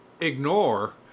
ignore